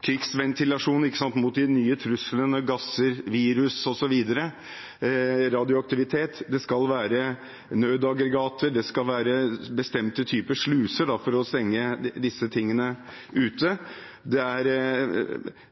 krigsventilasjon mot de nye truslene som gasser, virus, radioaktivitet, osv. Det skal være nødaggregater. Det skal være bestemte typer sluser for å stenge dette ute.